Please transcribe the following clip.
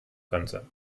könnte